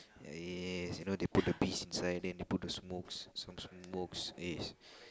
yes you know they put the piece inside then they put the smokes some sort of smokes yes